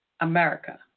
America